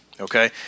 Okay